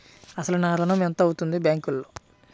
అసలు నా ఋణం ఎంతవుంది బ్యాంక్లో?